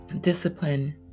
discipline